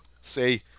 Say